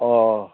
অঁ